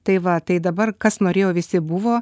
tai va tai dabar kas norėjo visi buvo